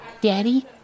Daddy